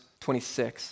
26